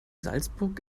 salzburg